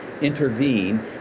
intervene